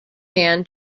man